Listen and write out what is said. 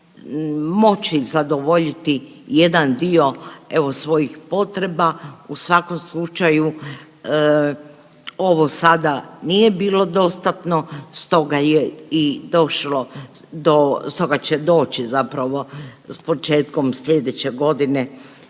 moći zadovoljiti jedan dio evo svojih potreba. U svakom slučaju ovo sada nije bilo dostatno, stoga je i došlo do, stoga će doći zapravo s početkom sljedeće godine